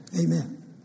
Amen